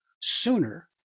sooner